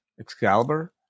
excalibur